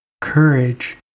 Courage